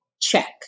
Check